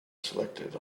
selected